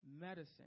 medicine